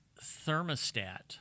thermostat